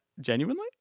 genuinely